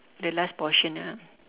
the last portion ah